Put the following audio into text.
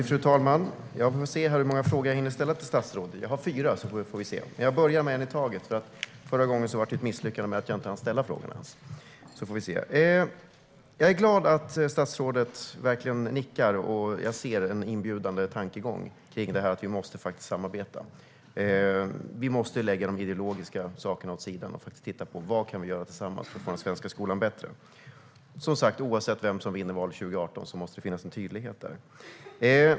Fru talman! Jag får se hur många frågor jag hinner ställa till statsrådet. Jag har fyra, och vi får se. Jag börjar med en i taget. Förra gången misslyckades jag när jag inte hann ställa frågorna. Jag är glad att statsrådet verkligen nickar, och jag ser en inbjudande tankegång om att vi måste samarbeta. Vi måste lägga de ideologiska sakerna åt sidan och se på vad vi kan göra tillsammans för att göra den svenska skolan bättre. Oavsett vem som vinner valet 2018 måste det finnas en tydlighet.